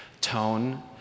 tone